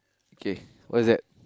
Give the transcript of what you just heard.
okay what is that